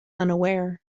unaware